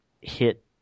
hit